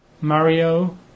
Mario